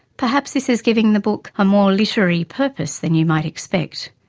perhaps this is giving the book a more literary purpose than you might expect,